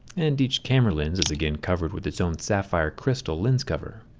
and each camera lens is again covered with its own sapphire crystal lens cover.